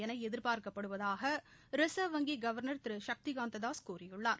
என எதிர்பார்க்கப்படுவதாக ரிசர்வ் வங்கி கவர்னர் திரு சக்தி காந்ததாஸ் கூறியுள்ளார்